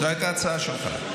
זו הייתה ההצעה שלך.